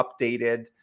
updated